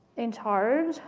in charge,